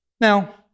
Now